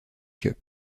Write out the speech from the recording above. cup